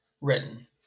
written